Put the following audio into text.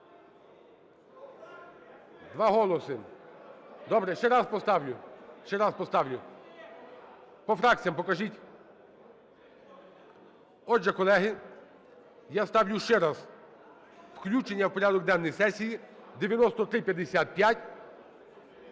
раз поставлю, ще раз поставлю. По фракціям покажіть. Отже, колеги, я ставлю ще раз включення в порядок денний сесії 9355.